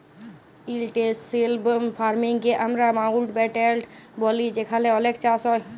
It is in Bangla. ইলটেল্সিভ ফার্মিং কে আমরা মাউল্টব্যাটেল ব্যলি যেখালে অলেক চাষ হ্যয়